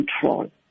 control